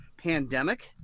pandemic